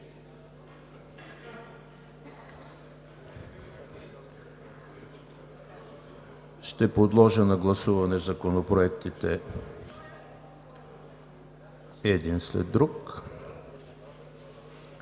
Подлагам на гласуване законопроектите един след друг.